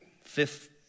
fifth